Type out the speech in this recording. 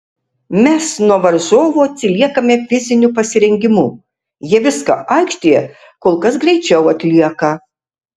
mes nuo varžovų atsiliekame fiziniu pasirengimu jie viską aikštėje kol kas greičiau atlieka